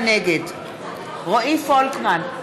נגד רועי פולקמן,